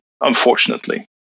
unfortunately